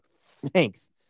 thanks